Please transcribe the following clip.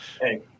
Hey